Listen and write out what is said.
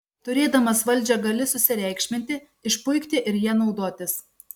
turėdamas valdžią gali susireikšminti išpuikti ir ja naudotis